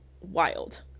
wild